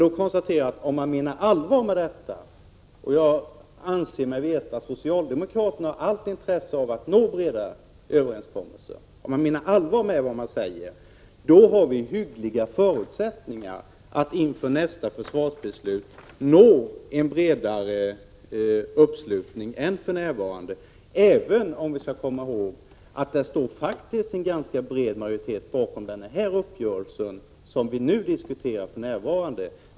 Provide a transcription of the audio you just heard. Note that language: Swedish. Jag konstaterade då att om man menar allvar med vad man säger — jag anser mig veta att socialdemokraterna har allt intresse av att nå breda överenskommelser — har vi hyggliga förutsättningar att åstadkomma en bredare uppslutning kring nästa försvarsbeslut än vi nu gjort, även om vi | skall komma ihåg att det faktiskt står en ganska bred majoritet bakom den | uppgörelse som vi nu diskuterar.